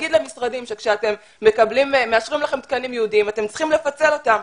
להגיד למשרדים שמאשרים לכם תקנים ייעודיים ואתם צריכים לפצל אותם.